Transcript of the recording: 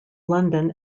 london